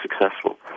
successful